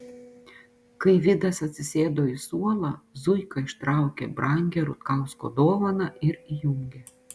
kai vidas atsisėdo į suolą zuika ištraukė brangią rutkausko dovaną ir įjungė